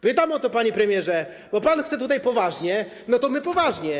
Pytam o to, panie premierze, bo pan chce tutaj poważnie, to my poważnie.